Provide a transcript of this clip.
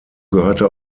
gehörte